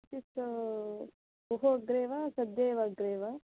चित्तो बहु अग्रे वा सद्येव अग्रे वा